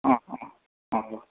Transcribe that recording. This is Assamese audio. অঁ অঁ অঁ